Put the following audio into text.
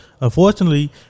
Unfortunately